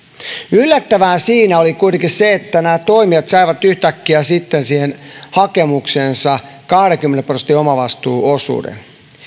yllättävää siinä oli kuitenkin se että nämä toimijat saivat yhtäkkiä sitten siihen hakemukseensa kahdenkymmenen prosentin omavastuuosuuden